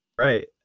right